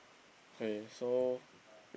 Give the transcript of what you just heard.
okay so